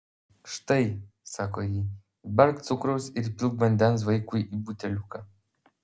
štai sako ji įberk cukraus ir įpilk vandens vaikui į buteliuką